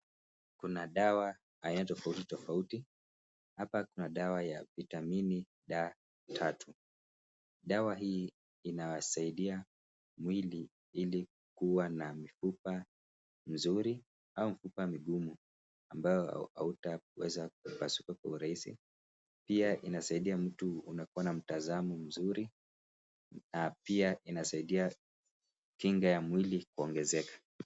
Kuna dawa aina tofauti tofauti. Hapa kuna dawa ya vitamini D3. Dawa hii inasaidia mwili ili kuwa na mifupa mzuri au mifupa migumu, ambayo hautaweza kupasuka kwa urahisi. Pia, inasaidia mtu unakuwa na mtazamo mzuri na pia, inasaidia kinga ya mwili kuongeezeka.